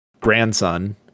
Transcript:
grandson